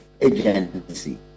agency